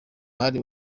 hari